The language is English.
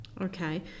Okay